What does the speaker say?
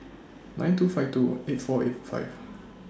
nine two five two eight four eight five